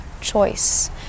choice